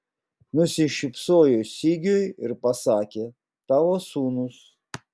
nusišypsojo sigiui ir pasakė tavo sūnus